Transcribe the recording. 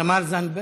תמר זנדברג,